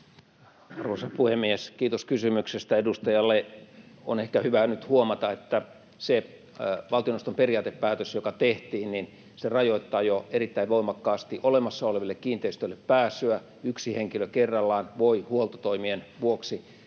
Arvoisa puhemies! Kiitos kysymyksestä edustajalle. On ehkä hyvä nyt huomata, että se valtioneuvoston periaatepäätös, joka tehtiin, rajoittaa jo erittäin voimakkaasti olemassa oleville kiinteistöille pääsyä: yksi henkilö kerrallaan voi huoltotoimien vuoksi